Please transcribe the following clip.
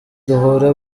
duhura